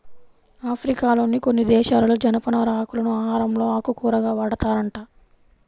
ఆఫ్రికాలోని కొన్ని దేశాలలో జనపనార ఆకులను ఆహారంలో ఆకుకూరగా వాడతారంట